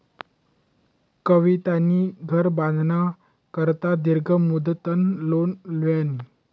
कवितानी घर बांधाना करता दीर्घ मुदतनं लोन ल्हिनं